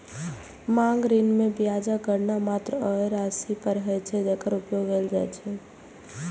मांग ऋण मे ब्याजक गणना मात्र ओइ राशि पर होइ छै, जेकर उपयोग कैल जाइ छै